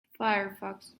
firefox